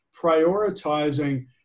prioritizing